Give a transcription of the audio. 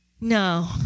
No